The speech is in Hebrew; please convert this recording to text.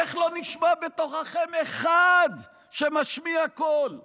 איך לא נשמע בתוככם אחד שמשמיע קול ואומר: